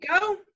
go